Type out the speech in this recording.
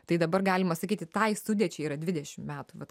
tai dabar galima sakyti tai sudėčiai yra dvidešim metų vat